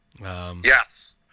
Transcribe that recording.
Yes